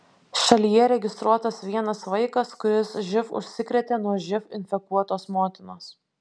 šalyje registruotas vienas vaikas kuris živ užsikrėtė nuo živ infekuotos motinos